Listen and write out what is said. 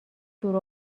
دور